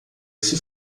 esse